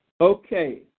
Okay